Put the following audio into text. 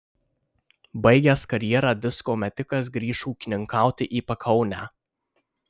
baigęs karjerą disko metikas grįš ūkininkauti į pakaunę